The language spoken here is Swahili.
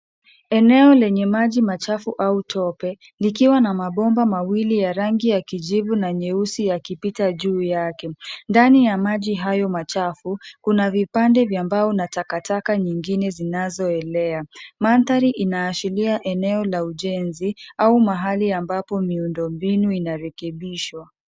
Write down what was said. Eneo lenye maji machafu au tope, likiwa na mabomba mawili ya rangi ya kijivu na nyeusi yakipita juu yake. Ndani ya maji hayo machafu, kuna vipande vya mbao na takataka nyingine zinazoelea. Mandhari inaashiria eneo la ujenzi au mahali ambapo miundombinu inarekebishwa.